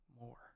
more